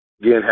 Again